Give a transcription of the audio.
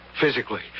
physically